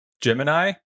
Gemini